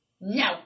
No